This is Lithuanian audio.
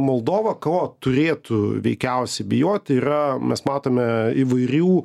moldova ko turėtų veikiausiai bijoti yra mes matome įvairių